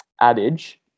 adage